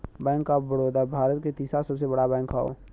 bank of Baroda Bharat के तीसरा सबसे बड़ा बैंक हौ